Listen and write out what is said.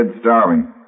starving